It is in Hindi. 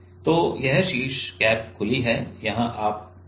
तो यह शीर्ष कैप खुली है यहाँ आप कर सकते हैं